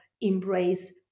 embrace